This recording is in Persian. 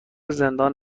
زندان